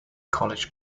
college